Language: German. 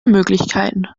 möglichkeiten